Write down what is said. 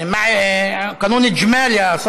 (אומר בערבית: בהצבעה המסכמת על החוק,